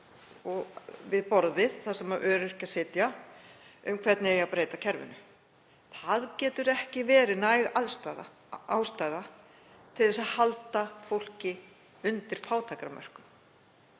og við borðið þar sem öryrkjar sitja um hvernig eigi að breyta kerfinu. Það getur ekki verið næg ástæða til að halda fólki undir fátæktarmörkum.